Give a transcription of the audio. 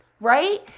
right